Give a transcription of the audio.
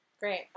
Great